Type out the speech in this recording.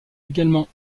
également